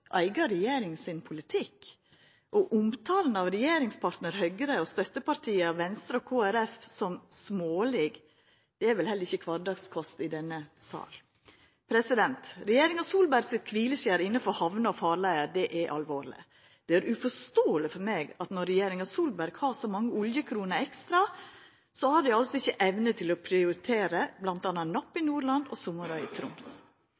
eiga regjering sin politikk? Og omtalen av regjeringspartnar Høgre og støttepartia Venstre og Kristeleg Folkeparti som smålege, er vel heller ikkje kvardagskost i denne salen. Regjeringa Solberg sitt kvileskjer innanfor hamne- og farleiområdet er alvorleg. Det er uforståeleg for meg at når regjeringa Solberg har så mange oljekroner ekstra, har dei altså ikkje evne til å prioritera bl.a. Napp i Nordland og Sommarøy i Troms.